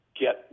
Get